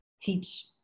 teach